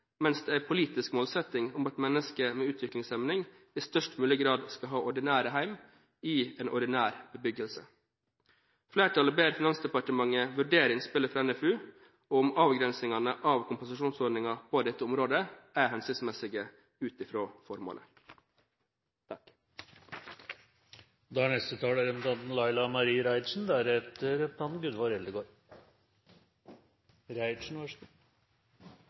mens det er en politisk målsetting om at mennesker med utviklingshemning i størst mulig grad skal ha ordinære hjem i en ordinær bebyggelse. Flertallet ber Finansdepartementet vurdere innspillet fra NFU, og om avgrensningene av kompensasjonsordningen på dette området er hensiktsmessige ut fra formålet. Like sikkert som vi er